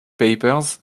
papers